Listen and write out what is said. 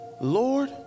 Lord